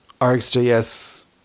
RxJS